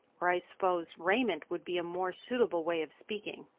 or i suppose raiment would be a more suitable way of speaking.